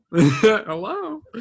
Hello